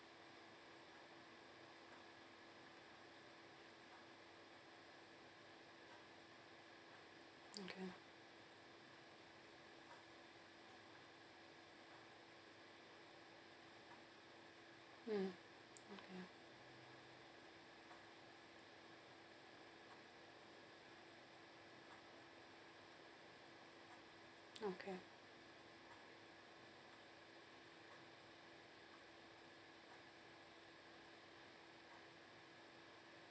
mm mm okay